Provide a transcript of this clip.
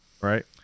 Right